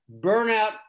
burnout